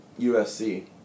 USC